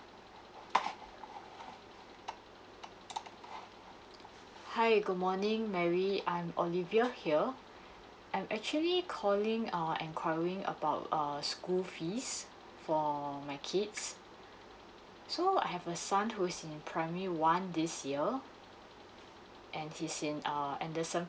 hi good morning mary I'm olivia here I'm actually calling err enquiring about err school fees for my kids so I have a son who's in primary one this year and he's in err anderson